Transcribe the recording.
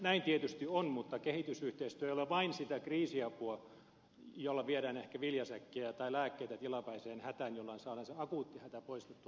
näin tietysti on mutta kehitysyhteistyö ei ole vain sitä kriisiapua jolla viedään ehkä viljasäkkejä tai lääkkeitä tilapäiseen hätään jolloin saadaan se akuutti hätä poistettua